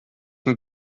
nad